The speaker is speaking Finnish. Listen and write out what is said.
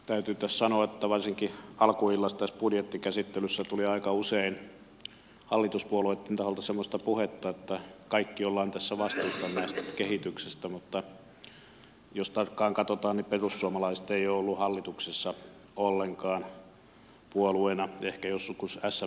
täytyy sanoa että varsinkin alkuillasta tässä budjettikäsittelyssä tuli aika usein hallituspuolueitten taholta semmoista puhetta että kaikki olemme vastuussa tästä kehityksestä mutta jos tarkkaan katsotaan niin perussuomalaiset ei ole ollut hallituksessa ollenkaan puolueena ehkä joskus smpn aikoina